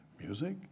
music